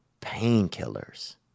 painkillers